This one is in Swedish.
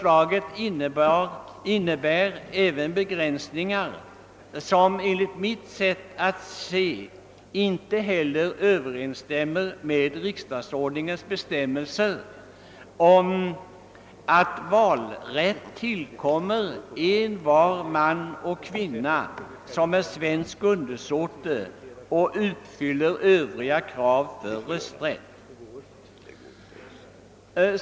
Det innehåller även begränsningar, som enligt mitt sätt att se inte heller överensstämmer med riksdagsordningens bestämmelse om att valrätt »tillkommer en var man och kvinna, som är svensk undersåte» och uppfyller övriga krav för rösträtt.